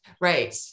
Right